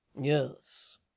Yes